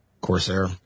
Corsair